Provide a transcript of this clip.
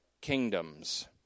Kingdoms